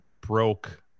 broke